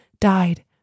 died